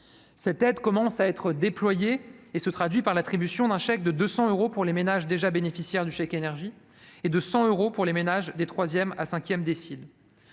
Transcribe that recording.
Cette aide commence à être déployée et se traduit par l'attribution d'un chèque de 200 euros pour les ménages déjà bénéficiaires du chèque énergie, et de 100 euros pour ceux des troisième à cinquième déciles.